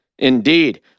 Indeed